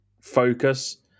focus